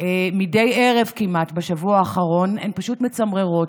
מדי ערב כמעט בשבוע האחרון הן פשוט מצמררות.